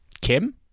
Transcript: Kim